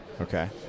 Okay